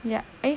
ya eh